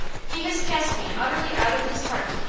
he has cast me utterly out of his heart.